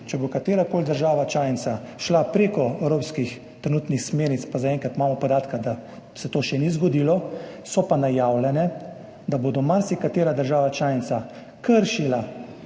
če bo katerakoli država članica šla prek trenutnih evropskih smernic, zaenkrat imamo podatke, da se to še ni zgodilo, so pa najavljene, da bo marsikatera država članica kršila